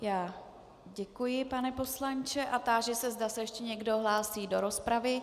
Já děkuji, pane poslanče, a táži se, zda se ještě někdo hlásí do rozpravy.